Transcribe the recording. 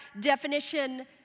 definition